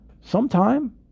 sometime